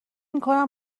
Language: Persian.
میکنم